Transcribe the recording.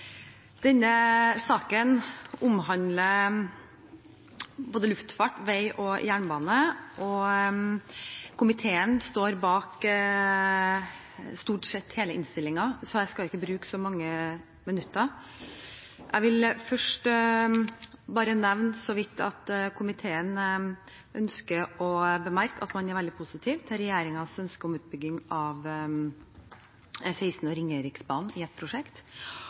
Denne saken omhandler både luftfart, vei og jernbane. Komiteen stiller seg bak stort sett hele innstillingen, så jeg skal ikke bruke så mange minutter. Jeg vil først bare så vidt nevne at komiteen ønsker å bemerke at man er veldig positiv til regjeringens ønske om utbygging av E16 og Ringeriksbanen i ett prosjekt.